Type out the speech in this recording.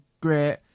great